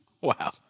Wow